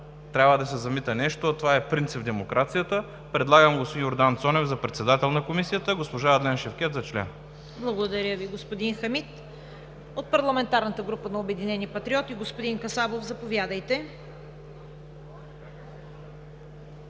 трябва да се замита нещо, а това е принцип в демокрацията, предлагам господин Йордан Цонев за председател на Комисията, а госпожа Адлен Шевкед за член. ПРЕДСЕДАТЕЛ ЦВЕТА КАРАЯНЧЕВА: Благодаря Ви, господин Хамид. От парламентарната група на „Обединени патриоти“ – господин Касабов, заповядайте.